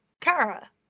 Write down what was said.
Kara